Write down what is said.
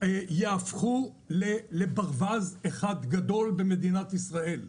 יהפכו לברווז אחד גדול במדינת ישראל.